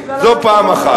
זו פעם אחת.